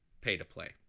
pay-to-play